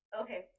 Okay